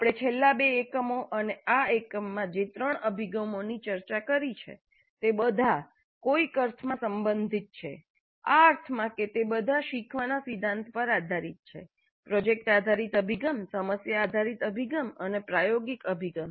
આપણે છેલ્લા બે એકમો અને આ એકમમાં જે ત્રણ અભિગમોની ચર્ચા કરી છે તે બધા કોઈક અર્થમાં સંબંધિત છે આ અર્થમાં કે તે બધા શીખવાના સિધ્ધાંત પર આધારિત છે પ્રોજેક્ટ આધારિત અભિગમ સમસ્યા આધારિત અભિગમ અને પ્રાયોગિક અભિગમ